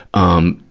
um,